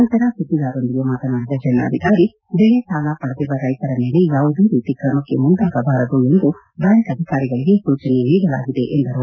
ನಂತರ ಸುದ್ದಿಗಾರರೊಂದಿಗೆ ಮಾತನಾಡಿದ ಜಿಲ್ಲಾಧಿಕಾರಿ ಬೆಳೆಸಾಲ ಪಡೆದಿರುವ ರೈತರ ಮೇಲೆ ಯಾವುದೇ ರೀತಿ ಕ್ರಮಕ್ಕೆ ಮುಂದಾಗಬಾರದು ಎಂದು ಬ್ಲಾಂಕ್ ಅಧಿಕಾರಿಗಳಿಗೆ ಸೂಚನೆ ನೀಡಲಾಗಿದೆ ಎಂದರು